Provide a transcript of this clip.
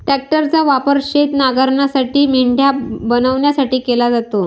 ट्रॅक्टरचा वापर शेत नांगरण्यासाठी, मेंढ्या बनवण्यासाठी केला जातो